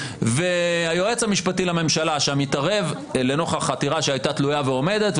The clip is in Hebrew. והיועץ המשפטי לממשלה שם התערב לנוכח עתירה שהייתה תלויה ועומדת,